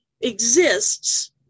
exists